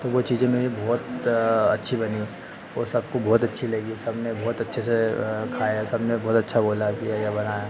तो वह चीज़ें मेरी बहुत अच्छी बनी और सबको बहुत अच्छी लगी सबने बहुत अच्छे से खाया सबने बहुत अच्छा बोला कि यह यह बना है